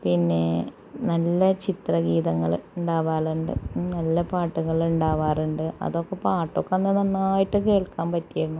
പിന്നെ നല്ല ചിത്ര ഗീതങ്ങള് ഉണ്ടാകാറുണ്ട് നല്ല പാട്ടുകള് ഉണ്ടാകാറുണ്ട് അതൊക്കെ പാട്ടൊക്കെ നന്നായിട്ട് കേൾക്കാൻ പറ്റിയിരുന്നു